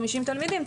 מדובר ב-450 תלמידים.